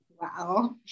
Wow